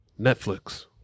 Netflix